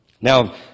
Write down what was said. Now